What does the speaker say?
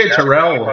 Terrell